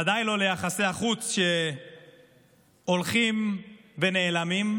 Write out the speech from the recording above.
ודאי לא ליחסי החוץ, שהולכים ונעלמים.